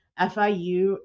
FIU